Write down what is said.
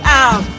out